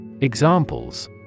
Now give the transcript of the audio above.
Examples